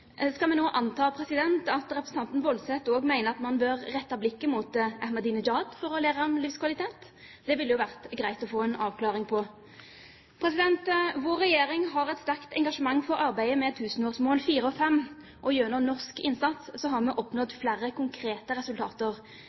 Skal vi nå anta at representanten Woldseth også mener at man bør rette blikket mot Ahmadinejad for å lære om livskvalitet? Det ville det jo vært greit å få en avklaring av. Vår regjering har et sterkt engasjement for arbeidet med FNs tusenårsmål 4 og 5. Gjennom norsk innsats har vi oppnådd flere konkrete resultater.